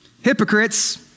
hypocrites